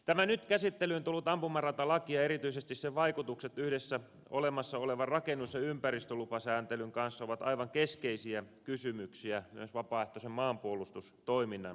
tämä nyt käsittelyyn tullut ampumaratalaki ja erityisesti sen vaikutukset yhdessä olemassa olevan rakennus ja ympäristölupasääntelyn kanssa ovat aivan keskeisiä kysymyksiä myös vapaaehtoisen maanpuolustustoiminnan kannalta